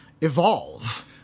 evolve